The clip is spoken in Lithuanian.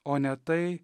o ne tai